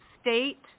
state